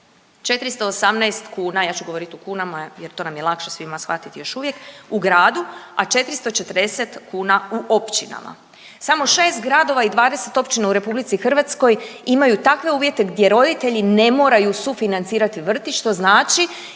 418,00 kuna, ja ću govorit u kunama jer to nam je lakše svima shvatiti još uvijek, u gradu, a 440,00 kuna u općinama. Samo 6 gradova i 20 općina u RH imaju takve uvjete gdje roditelji ne moraju sufinancirati vrtić, što znači